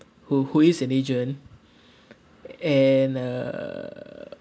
who who is an agent and uh